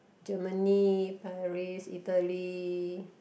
Germany Paris Italy